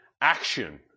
action